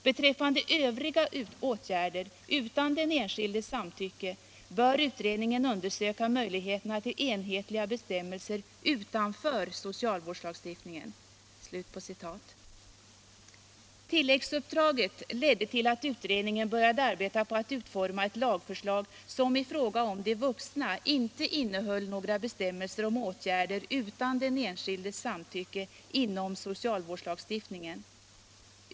Beträffande övriga åtgärder utan den enskildes samtycke bör utredningen undersöka möjligheterna till enhetliga bestämmelser utanför socialvårdslagstiftningen.” Tilläggsuppdraget ledde till att utredningen började arbeta på att utforma ett lagförslag som i fråga om de vuxna inte innehöll några bestämmelser om åtgärder utan den enskildes samtycke inom socialvårdslagstiftningen.